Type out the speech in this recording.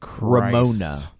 Ramona